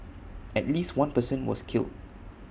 at least one person was killed